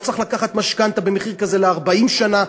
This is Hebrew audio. במחיר כזה לא צריך לקחת משכנתה ל-40 שנה,